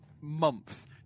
months